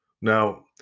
Now